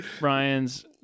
Ryan's